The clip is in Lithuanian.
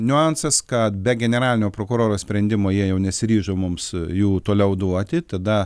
niuansas kad be generalinio prokuroro sprendimo jie jau nesiryžo mums jų toliau duoti tada